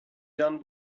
done